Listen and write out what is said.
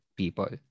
people